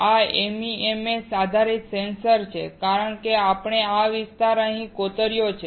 આ MEMS આધારિત sensor છે કારણ કે આપણે આ વિસ્તારને અહીં કોતર્યો છે